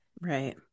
right